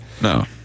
No